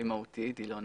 היא מהותית ולא נוסח,